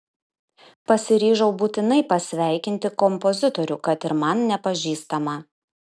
pasiryžau būtinai pasveikinti kompozitorių kad ir man nepažįstamą